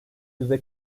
yüzde